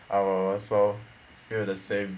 I will also feel the same